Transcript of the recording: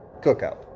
cookout